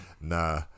Nah